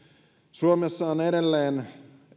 suomessa on edelleen